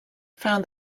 found